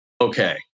Okay